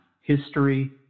history